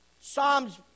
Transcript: Psalms